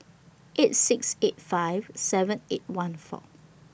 eight six eight five seven eight one four